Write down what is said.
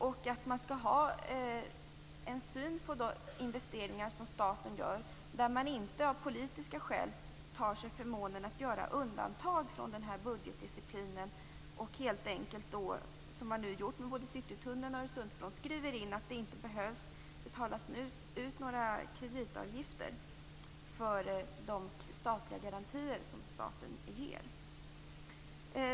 Man skall ha en sådan syn på de investeringar som staten gör att man inte av politiska skäl tar sig förmånen att göra undantag från budgetdisciplinen och skriver in, som man nu gjort med både Citytunneln och Öresundsbron, att det inte behövs betalas ut kreditavgifter för de statliga garantier som staten ger.